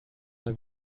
mal